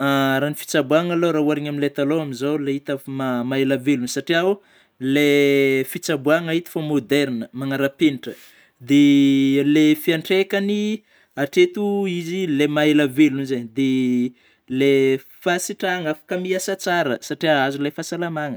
Raha ny fitsabôagna alôha raha oharina amin'ilay talôha amin'izao le hita fa ma-mahaela velona satrià oh, le fitsaboana eto efa moderina, magnara-penitra; dia ilay fiantraikany hatreto izy ilay maha ela velogno amzay, de le fahasitranana afaka miasa tsara; satria azo lay fahasalamana